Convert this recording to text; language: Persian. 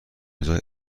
روزای